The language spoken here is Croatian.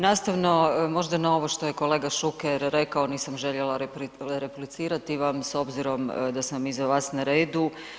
Nastavno možda novo što je kolega Šuker rekao, nisam željela replicirati vam s obzirom da sam iza vas na redu.